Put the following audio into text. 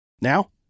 Now